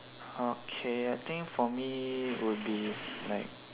okay I think for me would be let's say